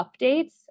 updates